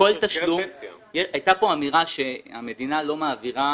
הייתה פה אמירה שהמדינה לא מעבירה